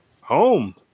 home